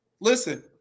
Listen